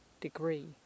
degree